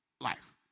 life